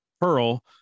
Pearl